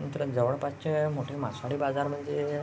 नंतर जवळपासचे मोठे मासळी बाजार म्हणजे